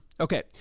Okay